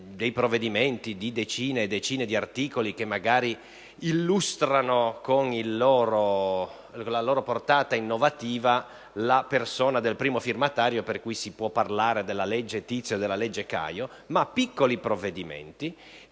dei provvedimenti di decine e decine di articoli, che magari illustrano con la loro portata innovativa la persona del primo firmatario, per cui si può parlare della «legge Tizio» e della «legge Caio», ma possono essere piccoli provvedimenti